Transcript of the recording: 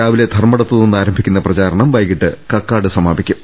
രാവിലെ ധർമ്മഠത്ത് നിന്ന് ആരംഭിക്കുന്ന പ്രചാരണം വൈകീട്ട് കക്കാട് സമാപിക്കും